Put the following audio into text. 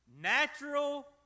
Natural